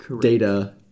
data